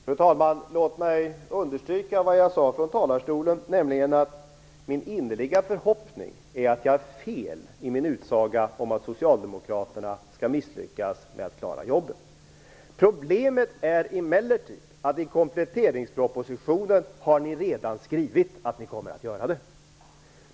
Fru talman! Låt mig understryka vad jag sade i mitt huvudanförande, nämligen att det är min innerliga förhoppning att jag har fel i min utsaga om att socialdemokraterna kommer att misslyckas med att klara jobben. Problemet är emellertid att i kompletteringspropositionen har ni redan skrivit att ni kommer att göra det!